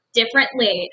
differently